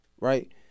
Right